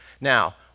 now